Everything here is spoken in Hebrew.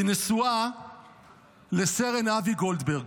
היא נשואה לסרן אבי גולדברג,